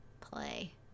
play